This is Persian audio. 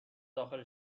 داخل